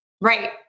Right